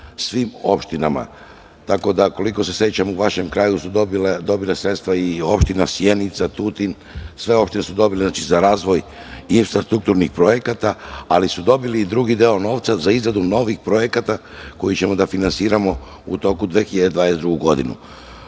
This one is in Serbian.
svim opštinama. Tako, koliko se sećam, u vašem kraju su dobile sredstva i opština Sjenica, Tutin, sve opštine su dobile za razvoj infrastrukturnih projekata, ali su dobili i drugi deo novca za izradu novih projekata koji ćemo da finansiramo u toku 2022. godine.